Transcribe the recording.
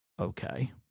okay